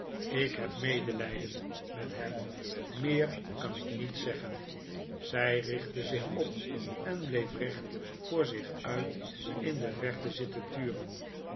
ik heb medelijden met hem meer kan ik niet zeggen zij richtte zich op en bleef recht voor zich uit in de verte zitten turen